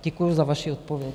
Děkuji za vaši odpověď.